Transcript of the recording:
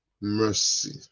mercy